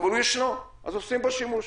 אבל הוא ישנו אז עושים בו שימוש.